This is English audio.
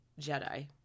Jedi